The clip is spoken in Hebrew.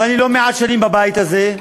ואני לא מעט שנים בבית הזה,